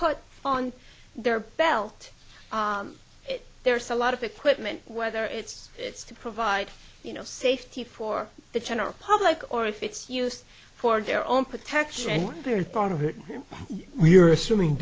put on their belt there's a lot of equipment whether it's it's to provide you know safety for the general public or if it's used for their own protection and they're part of it and we're assuming